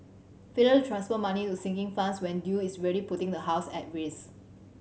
failure to transfer money to sinking funds when due is really putting the house at risk